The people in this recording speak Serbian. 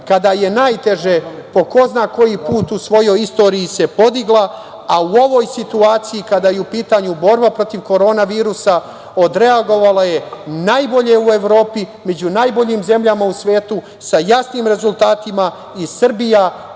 kada je najteže, po ko zna koji put u svojoj istoriji se podigla, a u ovoj situaciji kada je u pitanju borba protiv korona virusa odreagovala je najbolje u Evropi, među najboljim zemljama u svetu sa jasnim rezultatima. Srbija